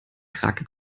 krake